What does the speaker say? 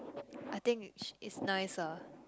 I think i~ it's nice ah